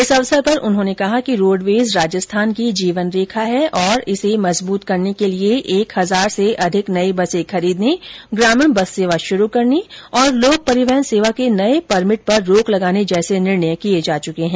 इस अवसर पर उन्होंने कहा कि रोडवेज राजस्थान की जीवन रेखा है और इसे मजबूत करने के लिए एक हजार से अधिक नई बसें खरीदने ग्रामीण बस सेवा शुरू करने लोक परिवहन सेवा के नए परिमिट पर रोक लगाने जैसे निर्णय किए जा चुके हैं